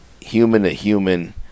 human-to-human